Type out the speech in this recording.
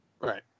right